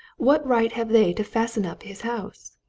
what right have they to fasten up his house?